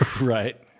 Right